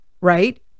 Right